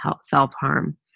self-harm